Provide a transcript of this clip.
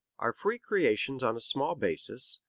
are free creations on a small basis,